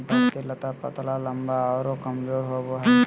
बढ़ती लता पतला लम्बा आरो कमजोर होबो हइ